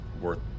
worth